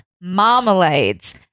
marmalades